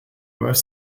were